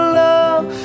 love